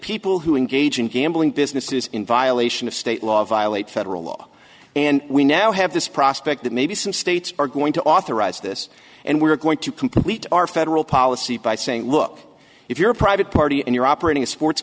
people who engage in gambling businesses in violation of state law violate federal law and we now have this prospect that maybe some states are going to authorize this and we're going to complete our federal policy by saying look if you're a private party and you're operating a sports